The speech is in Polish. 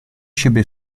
siebie